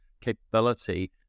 capability